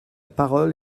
parole